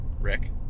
Rick